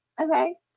Okay